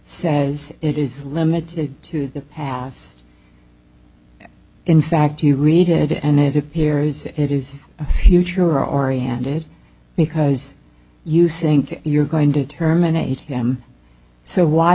says it is limited to the pass in fact you read it and it appears it is a future oriented because you think you're going to terminate him so why